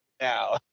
now